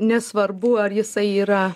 nesvarbu ar jisai yra